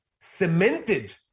Cemented